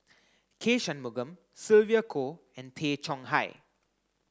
K Shanmugam Sylvia Kho and Tay Chong Hai